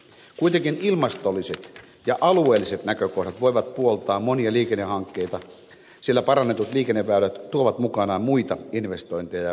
kuitenkin ilmastolliset ja alueelliset näkökohdat voivat puoltaa monia liikennehankkeita sillä parannetut liikenneväylät tuovat mukanaan muita investointeja ja väestöä